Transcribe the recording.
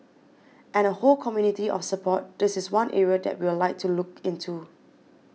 and the whole community of support this is one area that we'll like to look into